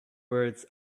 words